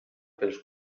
pels